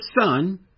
son